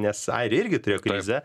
nes airiai irgi turėjo krizę